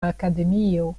akademio